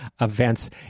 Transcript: events